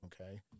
okay